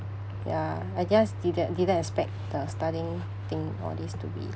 ya I guess didn~ didn't expect the studying thing all this to be